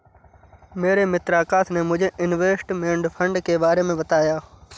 मेरे मित्र आकाश ने मुझे इनवेस्टमेंट फंड के बारे मे बताया